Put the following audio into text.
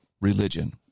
religion